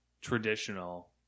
traditional